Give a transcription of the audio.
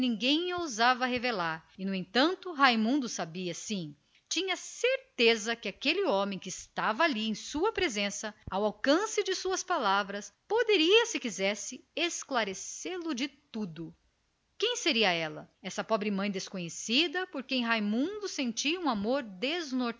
ninguém ousava revelar e no entanto raimundo tinha plena certeza de que aquele homem que ali estava em sua presença ao alcance de suas palavras sabia de tudo e poderia se quisesse arrancá-lo para sempre daquela maldita incerteza quem seria ela essa estranha mãe misteriosa por quem ele sentia um amor desnorteado